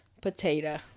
Potato